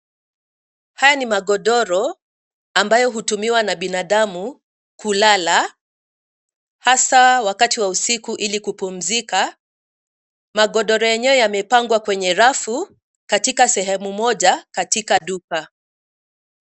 Haya ni magodoro ambayo hutumiwa na binadamu kulala hasa wakati wa usiku ili kupumzika. Magodoro yenyewe yamepangwa kwenye rafu katika sehemu moja katika duka.